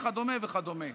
וכדומה וכדומה.